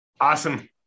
Awesome